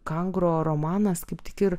kangro romanas kaip tik ir